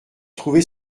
trouvé